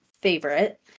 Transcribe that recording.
favorite